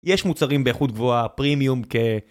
יש מוצרים באיכות גבוהה, פרימיום כ...